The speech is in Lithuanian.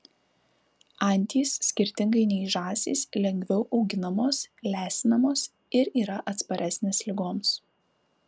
antys skirtingai nei žąsys lengviau auginamos lesinamos ir yra atsparesnės ligoms